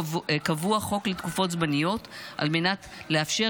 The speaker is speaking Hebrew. חוק קבוע לתקופות זמניות על מנת לאפשר